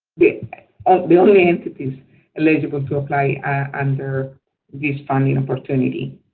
ah the only entities eligible to apply under this funding opportunity.